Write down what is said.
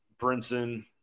Brinson